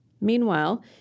meanwhile